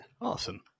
awesome